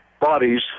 bodies